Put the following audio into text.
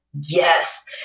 yes